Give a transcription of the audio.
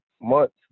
months